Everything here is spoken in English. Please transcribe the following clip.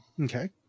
Okay